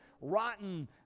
Rotten